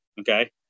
okay